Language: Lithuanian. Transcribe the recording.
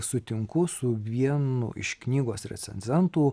sutinku su vienu iš knygos recenzentų